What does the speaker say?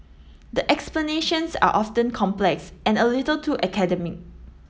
the explanations are often complex and a little too academic